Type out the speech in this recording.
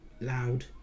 loud